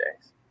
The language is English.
days